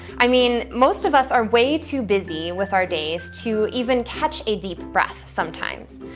i mean, most of us are way too busy with our days to even catch a deep breath sometimes.